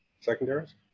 secondaries